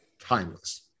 timeless